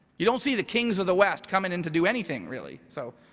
you don't see the kings of the west coming in to do anything really. so